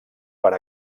per